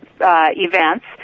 events